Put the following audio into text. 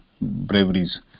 Braveries